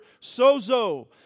sozo